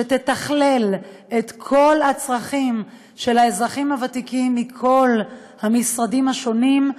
שתתכלל את כל הצרכים של האזרחים הוותיקים מכל המשרדים השונים.